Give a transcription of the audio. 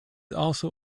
also